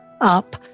up